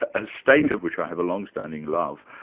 ah a state of which i have a long-standing love,